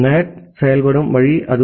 NAT செயல்படும் வழி அது